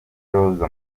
rose